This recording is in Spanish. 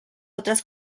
otras